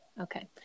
Okay